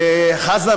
חזן,